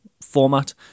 format